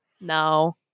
No